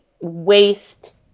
waste